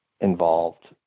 involved